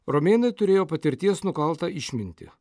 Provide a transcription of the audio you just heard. romėnai turėjo patirties nukaltą išmintį